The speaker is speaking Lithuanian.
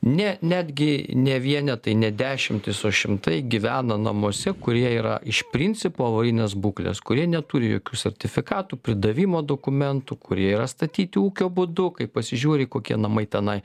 ne netgi ne vienetai ne dešimtys o šimtai gyvena namuose kurie yra iš principo avarinės būklės kurie neturi jokių sertifikatų pridavimo dokumentų kurie yra statyti ūkio būdu kai pasižiūri kokie namai tenai